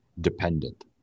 dependent